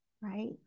right